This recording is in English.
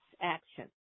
action